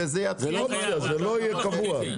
זה לא יהיה קבוע.